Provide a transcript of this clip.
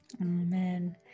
amen